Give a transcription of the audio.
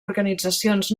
organitzacions